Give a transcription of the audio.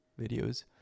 videos